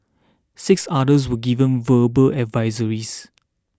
six others were given verbal advisories